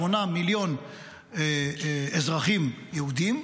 שמונה מיליון אזרחים יהודים,